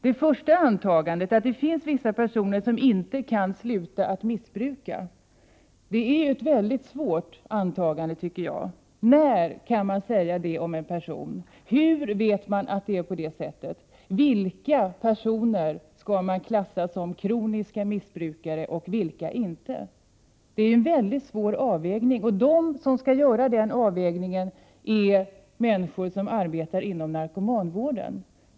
Det första antagandet, att det finns vissa personer som inte kan sluta missbruka, är enligt min mening ett mycket svårt antagande. När kan man säga någonting sådant om en person? Hur vet man att det är på det sättet? Vilka personer skall man klassa som kroniska missbrukare och vilka inte? Det blir en mycket svår avvägning och de som skall göra den är människor som arbetar inom narkomanvården.